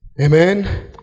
Amen